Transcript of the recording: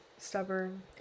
stubborn